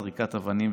זריקת אבני,